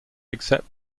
except